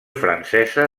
francesa